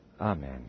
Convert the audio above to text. Amen